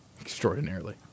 Extraordinarily